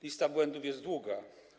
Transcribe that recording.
Lista błędów jest długa.